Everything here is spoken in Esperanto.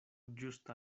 ĝusta